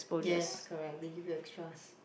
yes correct they give you extras